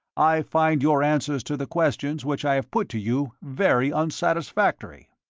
i find your answers to the questions which i have put to you very unsatisfactory.